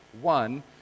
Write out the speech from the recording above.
one